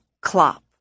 clop